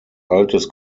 altes